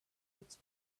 its